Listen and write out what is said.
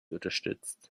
unterstützt